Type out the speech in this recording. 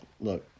look